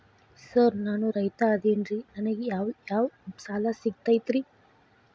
Sir ನಾನು ರೈತ ಅದೆನ್ರಿ ನನಗ ಯಾವ್ ಯಾವ್ ಸಾಲಾ ಸಿಗ್ತೈತ್ರಿ?